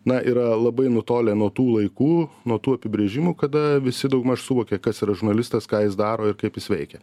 na yra labai nutolę nuo tų laikų nuo tų apibrėžimų kada visi daugmaž suvokė kas yra žurnalistas ką jis daro ir kaip jis veikia